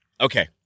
Okay